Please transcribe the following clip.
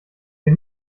wir